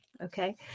Okay